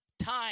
Time